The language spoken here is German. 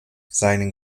seine